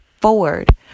forward